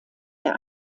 der